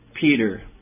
Peter